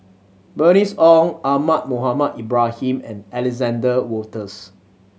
Bernice Ong Ahmad Mohamed Ibrahim and Alexander Wolters